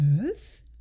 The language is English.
earth